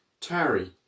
tarry